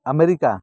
America